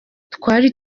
twari